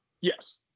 Yes